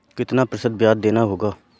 कितना प्रतिशत ब्याज देना होगा?